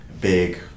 big